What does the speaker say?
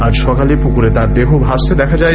আজ সকালে পুকুরে তাঁর দেহ ভাসতে দেখা যায়